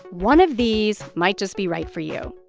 one of these might just be right for you